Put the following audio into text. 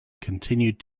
continued